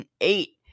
eight